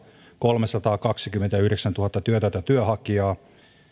kolmesataakaksikymmentäyhdeksäntuhatta työtöntä työnhakijaa